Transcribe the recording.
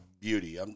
beauty